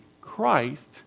Christ